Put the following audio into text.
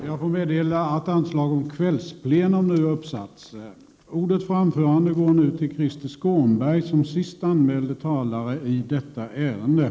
Jag får meddela att anslag nu har satts upp om att detta sammanträde skall fortsätta efter kl. 19.00.